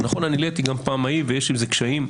העליתי את זה ואכן יש עם זה קשיים.